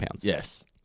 Yes